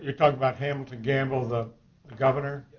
you're talking about hamilton gamble the governor?